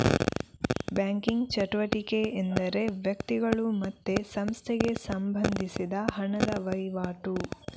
banking ಚಟುವಟಿಕೆ ಎಂದರೆ ವ್ಯಕ್ತಿಗಳು ಮತ್ತೆ ಸಂಸ್ಥೆಗೆ ಸಂಬಂಧಿಸಿದ ಹಣದ ವೈವಾಟು